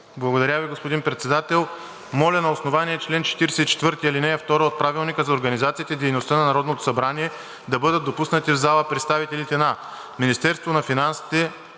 Благодаря Ви, господин Председател. Моля на основание чл. 44, ал. 2 от Правилника за организацията и дейността на Народното събрание да бъдат допуснати в залата представителите на: Министерство на финансите